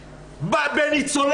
מיקי, תודה.